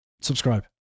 Subscribe